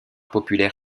populaire